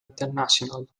international